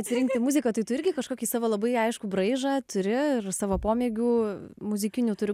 atsirinkti ir muziką tai tu irgi kažkokį savo labai aiškų braižą turi ir savo pomėgių muzikinių turų